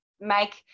make